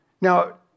Now